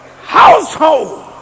household